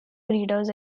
breeders